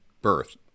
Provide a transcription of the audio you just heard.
birth